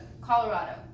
Colorado